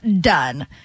done